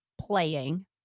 playing